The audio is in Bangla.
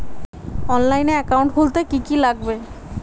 অনলাইনে একাউন্ট খুলতে কি কি লাগবে?